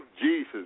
Jesus